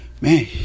Man